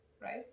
right